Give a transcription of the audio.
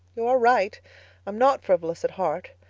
you are right i'm not frivolous at heart.